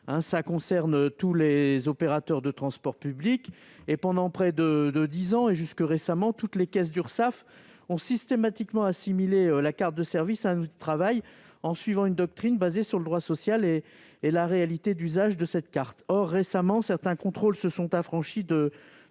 Cela concerne tous les opérateurs de transports publics. Pendant près de dix ans, et jusqu'à récemment, toutes les caisses d'Urssaf ont systématiquement assimilé la carte de service à un outil de travail en suivant une doctrine basée sur le droit social et la réalité d'usage de celle-ci. Or certains contrôles se sont récemment